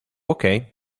okay